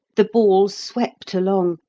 the ball swept along,